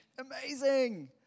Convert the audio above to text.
Amazing